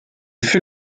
fut